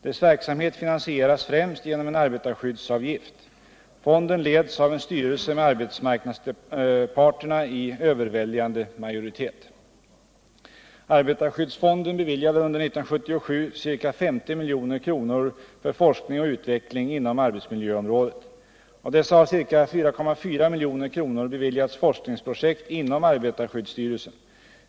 Dess verksamhet finansieras främst genom en arbetarskyddsavgift. Fonden leds av en styrelse med arbetsmarknadsparterna i överväldigande majoritet. Arbetarskyddsfonden beviljade under 1977 ca 50 milj.kr. för forskning och utveckling inom arbetsmiljöområdet. Av dessa har ca 4,4 milj.kr. beviljats forskningsprojekt inom arbetarskyddsstyrelsen.